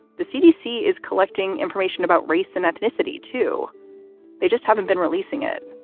the cdc is collecting information about race and ethnicity, too they just haven't been releasing it.